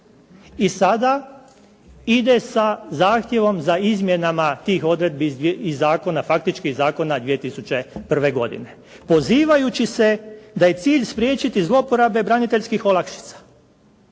i sada ide sa zahtjevom za izmjenama tih odredbi iz zakona faktički iz zakona 2001. godine pozivajući se da je cilj spriječiti zlouporabe braniteljskih olakšica.